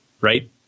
right